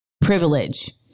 privilege